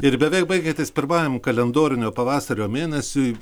ir beveik baigiantis pirmajam kalendorinio pavasario mėnesiui